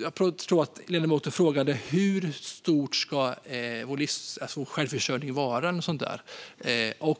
Jag tror att ledamoten frågade hur hög vår självförsörjningsgrad ska vara.